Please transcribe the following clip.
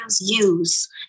use